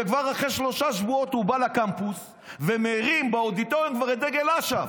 ואחרי שלושה שבועות הוא כבר בא לקמפוס ומרים באודיטוריום את דגל אש"ף,